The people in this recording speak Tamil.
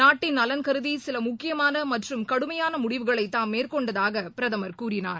நாட்டின் நலன் கருதி சில முக்கியமான மற்றும் கடுமையான முடிவுகளை தாம் மேற்கொண்டதாக பிரதமர் கூறினார்